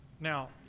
Now